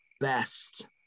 best